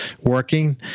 working